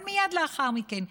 אבל מייד לאחר מכן.